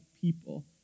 people